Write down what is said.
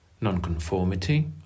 Nonconformity